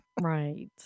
Right